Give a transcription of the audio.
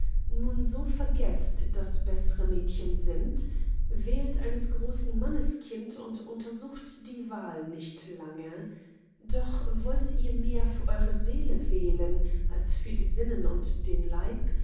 nun so vergeßt daß beßre mädchen sind wählt eines großen mannes kind und untersucht die wahl nicht lange doch wollt ihr mehr für eure seele wählen als für die sinnen und den leib